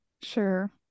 Sure